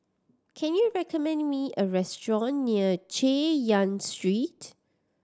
can you recommend me a restaurant near Chay Yan Street